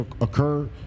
occur